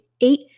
eight